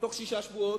בתוך שישה שבועות,